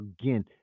again